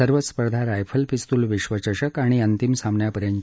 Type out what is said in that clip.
सर्व स्पर्धा रायफल पिस्तुल विश्वचषक आणि अंतिम सामन्यापर्यंतच्या आहेत